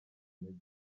intege